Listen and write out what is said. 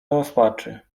rozpaczy